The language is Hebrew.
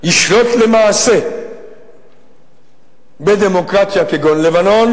ישלוט למעשה בדמוקרטיה כגון לבנון,